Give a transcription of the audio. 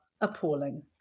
appalling